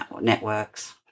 networks